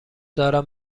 دارم